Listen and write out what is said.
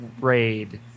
raid